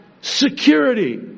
security